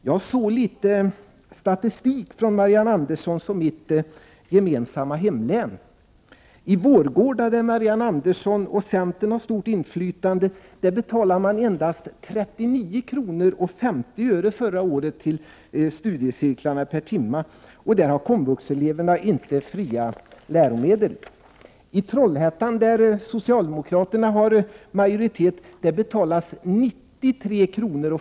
Jag såg litet statistik från Marianne Anderssons och mitt hemlän. I Vårgårda, där Marianne Andersson och centern har stort inflytande, betalade man endast 39:50 kr. per timme förra året till studiecirklar. Där har heller inte komvuxeleverna fria läromedel. I Trollhättan, där socialdemokraterna har majoritet, betalas 93:50 kr.